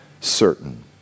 certain